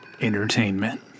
Entertainment